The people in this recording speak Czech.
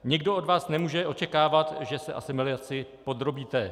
Nikdo od vás nemůže očekávat, že se asimilaci podrobíte.